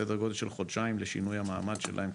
סדר גודל של חודשיים לשינוי המעמד שלהם,